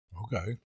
Okay